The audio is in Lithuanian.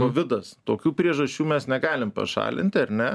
kovidas tokių priežasčių mes negalim pašalinti ar ne